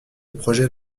projets